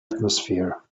atmosphere